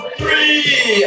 three